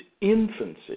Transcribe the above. infancy